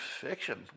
fiction